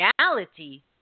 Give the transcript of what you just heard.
reality